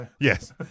Yes